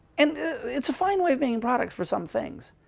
and it's a fine way of making a product for some things.